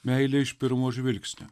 meilė iš pirmo žvilgsnio